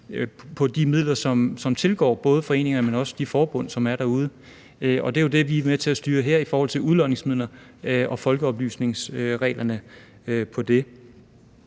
til de midler, som tilgår både foreningerne, men også de forbund, som er derude. Det er jo det, vi er med til at styre her i forhold til udlodningsmidlerne og folkeoplysningsreglerne.